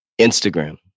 Instagram